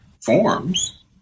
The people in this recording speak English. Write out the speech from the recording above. forms